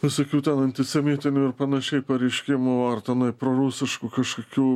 visokių ten antisemitinių ir panašiai pareiškimų ar tenai prorusiškų kažkokių